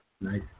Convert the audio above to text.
nice